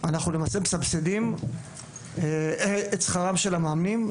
אנחנו למעשה מסבסדים את שכרם של המאמנים.